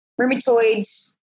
rheumatoid